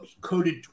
coded